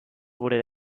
wurde